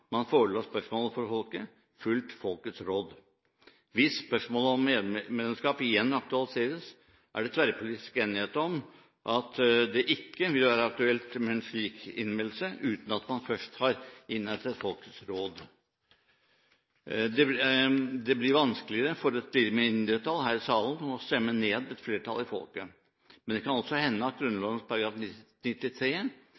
man forela spørsmålet for folket, fulgt folkets råd. Hvis spørsmålet om EU-medlemskap igjen aktualiseres, er det tverrpolitisk enighet om at det ikke vil være aktuelt med en slik innmeldelse uten at man først har innhentet folkets råd. Det blir vanskeligere for et lite mindretall her i salen å stemme ned et flertall i folket. Men det kan også hende at